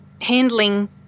handling